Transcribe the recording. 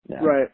Right